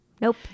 Nope